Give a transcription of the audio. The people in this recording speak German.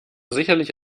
sicherlich